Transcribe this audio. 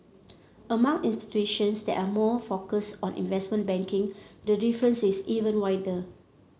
among institutions that are more focused on investment banking the difference is even wider